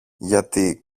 γιατί